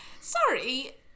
Sorry